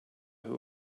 who